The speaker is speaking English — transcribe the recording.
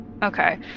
Okay